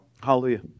Hallelujah